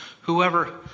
Whoever